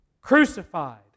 crucified